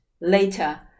later